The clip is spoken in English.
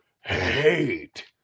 hate